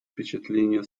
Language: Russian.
впечатление